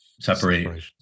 separate